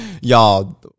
y'all